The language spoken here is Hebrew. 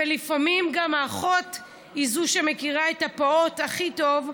ולפעמים האחות היא שמכירה את הפעוט הכי טוב,